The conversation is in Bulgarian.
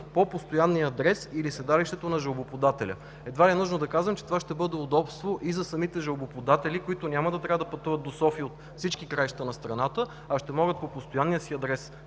по постоянния адрес или седалището на жалбоподателя”. Едва ли е нужно да казвам, че това ще бъде удобство и за самите жалбоподатели, които няма да трябва да пътуват до София от всички краища на страната, а ще могат да отправят жалбата